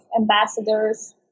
ambassadors